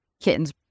kittens